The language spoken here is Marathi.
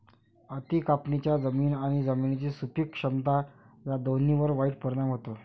अति कापणीचा जमीन आणि जमिनीची सुपीक क्षमता या दोन्हींवर वाईट परिणाम होतो